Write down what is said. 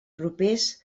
propers